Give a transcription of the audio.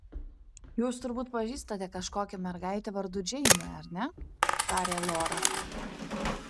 jūs turbūt pažįstate kažkokią mergaitę vardu džeinė ar ne tarė lora